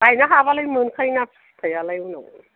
गायनो हाबालाय मोनखायो ना फिथाइआलाय उनाव